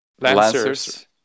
Lancer's